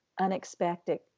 unexpected